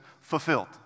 fulfilled